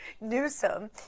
Newsom